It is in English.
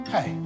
Hey